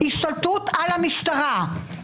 השתלטות על המשטרה.